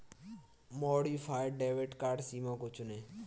modified debit card सीमा को चुनें